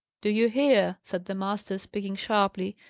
do you hear? said the master, speaking sharply,